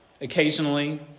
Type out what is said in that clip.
Occasionally